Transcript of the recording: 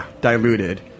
diluted